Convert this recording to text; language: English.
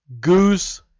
Goose